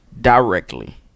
Directly